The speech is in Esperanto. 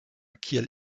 kiel